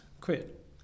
quit